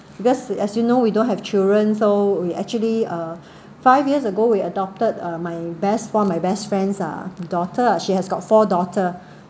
because as you know we don't have children so we actually uh five years ago we adopted uh my best one of my best friends' ah daughter she has got four daughter